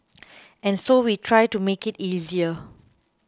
and so we try to make it easier